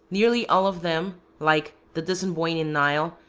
nearly all of them, like the disembogning nile,